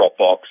Dropbox